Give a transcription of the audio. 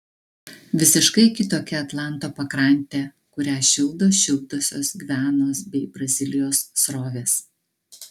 visiškai kitokia atlanto pakrantė kurią šildo šiltosios gvianos bei brazilijos srovės